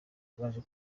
baje